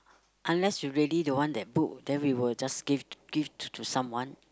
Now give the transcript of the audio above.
unless you really don't want that book then we will just give give to someone